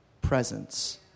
presence